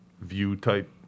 view-type